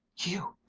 you